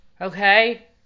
Okay